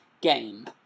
game